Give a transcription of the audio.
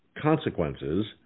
consequences